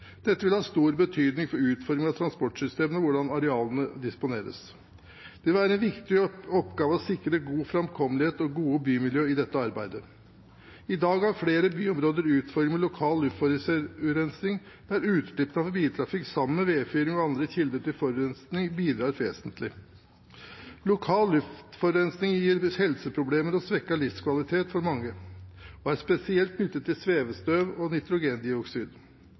Dette vil ha stor betydning for utformingen av transportsystemene og hvordan arealene disponeres. Det vil være en viktig oppgave å sikre god framkommelighet og gode bymiljøer i dette arbeidet. I dag har flere byområder utfordringer med lokal luftforurensing, der utslippene fra biltrafikk sammen med vedfyring og andre kilder til forurensning bidrar vesentlig. Lokal luftforurensning gir helseproblemer og svekket livskvalitet for mange og er spesielt knyttet til svevestøv og nitrogendioksid.